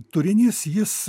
turinys jis